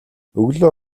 өглөө